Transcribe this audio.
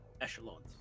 echelons